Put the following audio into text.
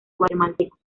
guatemaltecos